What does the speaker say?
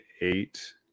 eight